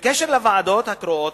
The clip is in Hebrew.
בקשר לוועדות הקרואות,